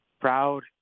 proud